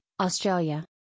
Australia